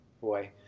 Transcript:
boy